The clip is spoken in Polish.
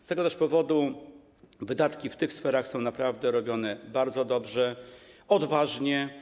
Z tego też powodu wydatki w tych sferach są naprawdę realizowane bardzo dobrze, odważnie.